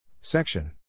Section